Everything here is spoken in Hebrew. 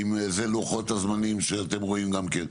האם אלה לוחות הזמנים שגם אתם רואים?